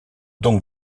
donc